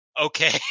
Okay